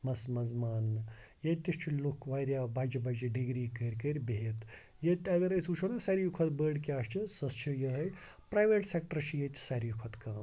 مَس منٛز ماننہٕ ییٚتہِ تہِ چھِ لُکھ واریاہ بَجہِ بَجہِ ڈِگری کٔرۍ کٔرۍ بِہِتھ ییٚتہِ اگر أسۍ وٕچھو نَہ ساروی کھۄتہٕ بٔڑۍ کیٛاہ چھِ سۄ چھِ یِہے پرٛایویٹ سٮ۪کٹَر چھِ ییٚتہِ ساروی کھۄتہٕ کَم